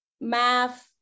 math